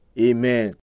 Amen